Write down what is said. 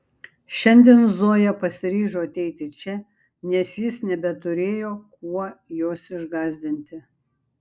šiandien zoja pasiryžo ateiti čia nes jis nebeturėjo kuo jos išgąsdinti